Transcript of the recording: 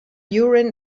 urim